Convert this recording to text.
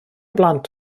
blant